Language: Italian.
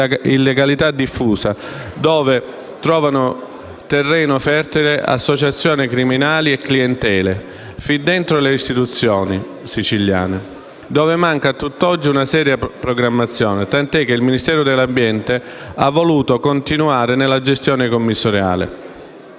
illegalità diffusa, dove trovano terreno fertile associazioni criminali e clientele, fin dentro le istituzioni siciliane, dove manca a tutt'oggi una seria programmazione, tanto che il Ministero dell'ambiente ha voluto continuare nella gestione commissariale.